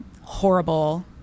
horrible